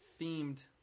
themed